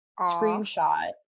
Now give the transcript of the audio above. screenshot